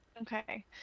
Okay